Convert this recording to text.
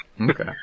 Okay